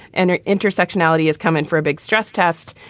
and intersectionality is come in for a big stress test.